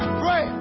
pray